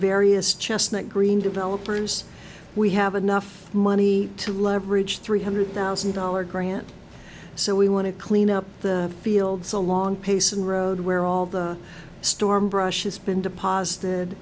various chestnut green developers we have enough money to leverage three hundred thousand dollar grant so we want to clean up the fields along paysan road where all the storm brush has been deposited